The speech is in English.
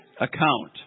account